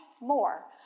more